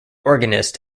organist